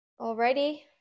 Alrighty